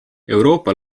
euroopa